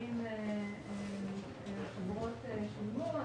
האם חברות שילמו,